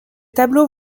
tableaux